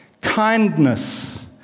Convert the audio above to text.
kindness